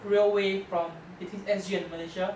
railway from between S_G and malaysia